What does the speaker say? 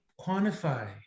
quantify